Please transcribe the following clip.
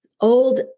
old